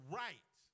right